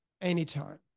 anytime